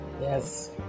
Yes